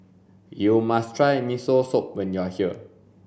you must try Miso Soup when you are here